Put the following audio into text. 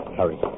Hurry